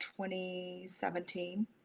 2017